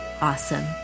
awesome